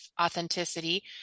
authenticity